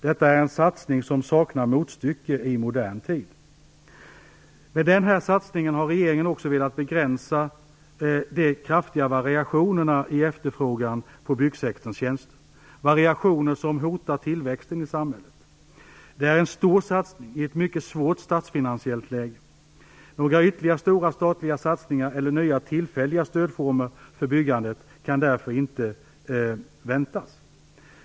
Detta är en satsning som saknar motstycke i modern tid. Med den här satsningen har regeringen också velat begränsa de kraftiga variationerna i efterfrågan på byggsektorns tjänster, variationer som hotar tillväxten i samhället. Det är en stor satsning i ett mycket svårt statsfinansiellt läge. Några ytterligare stora statliga satsningar eller nya tillfälliga stödformer för byggandet kan därför inte väntas.